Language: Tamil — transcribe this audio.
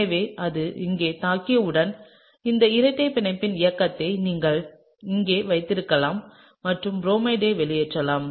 எனவே அது இங்கே தாக்கியவுடன் இந்த இரட்டைப் பிணைப்பின் இயக்கத்தை நீங்கள் இங்கே வைத்திருக்கலாம் மற்றும் புரோமைட்டை வெளியேற்றலாம்